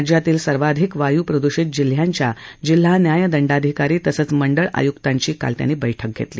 राज्यातील सर्वाधिक वायू प्रदुषित जिल्ह्यांच्या जिल्हा न्याय दंडाधिकारी तसंच मंडळ आयुक्तांची काल त्यांनी बैठक घेतली